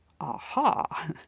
Aha